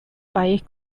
país